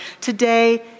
today